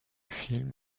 film